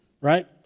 right